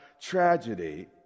tragedy